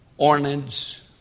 Ornid's